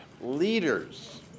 leaders